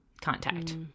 contact